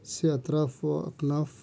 سے اطراف و اکناف